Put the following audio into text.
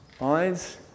Eyes